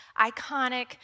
iconic